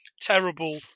terrible